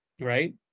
right